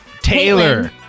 Taylor